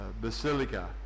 Basilica